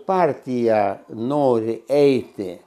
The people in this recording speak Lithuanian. partija nori eiti